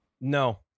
no